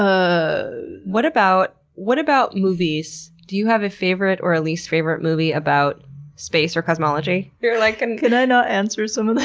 ah what about what about movies? do you have a favorite, or at least favorite movie about space or cosmology? like and can i not answer some of these?